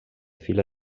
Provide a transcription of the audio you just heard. fila